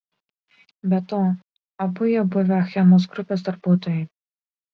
be to abu jie buvę achemos grupės darbuotojai